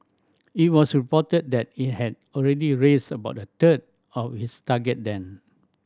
it was reported that it had already raised about a third of its target then